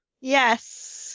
Yes